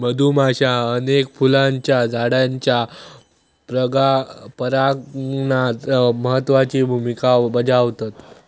मधुमाश्या अनेक फुलांच्या झाडांच्या परागणात महत्त्वाची भुमिका बजावतत